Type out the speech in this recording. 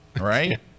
Right